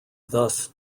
thus